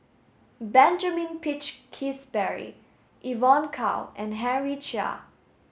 Benjamin Peach Keasberry Evon Kow and Henry Chia